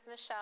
Michelle